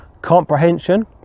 comprehension